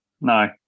No